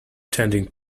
changing